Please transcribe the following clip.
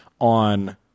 on